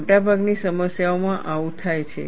મોટાભાગની સમસ્યાઓમાં આવું થાય છે